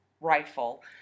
rifle